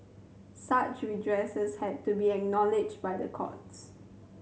such redress had to be acknowledged by the courts